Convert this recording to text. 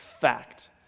fact